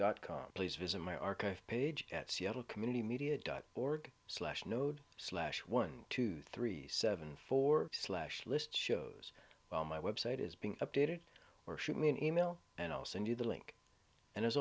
dot com please visit my archive page at seattle community media dot org slash node slash one two three seven four slash list shows on my website is being updated or shoot me an email and i'll send you the link and